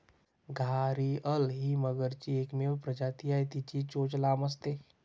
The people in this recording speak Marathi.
घारीअल ही मगरीची एकमेव प्रजाती आहे, तिची चोच लांब असते